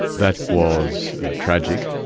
that was tragic.